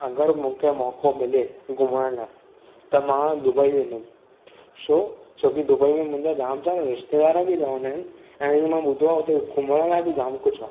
अगरि मूंखे मौको मिले घुमण लाइ त मां दुबई वेंदुमि छो छोकी दुबई में मुंहिंजा जाम जार रिश्तेदार बि रहंदा आहिनि ऐं मां ॿुधियो आहे हुते घुमण लाइ बि जाम कुझु आहे